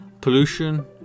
pollution